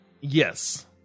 Yes